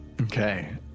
Okay